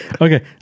Okay